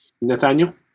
Nathaniel